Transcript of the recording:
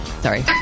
sorry